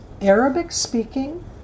Arabic-speaking